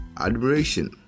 admiration